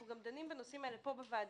אנחנו גם דנים בנושאים האלה פה בוועדה.